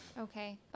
Okay